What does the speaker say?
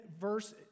verse